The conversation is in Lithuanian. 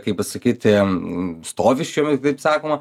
kaip pasakyti stovi čionais taip sakoma